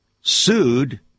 sued